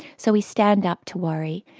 so we stand up to worry,